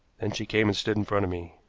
then she came and stood in front of me.